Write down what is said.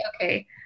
Okay